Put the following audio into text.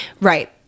Right